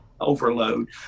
overload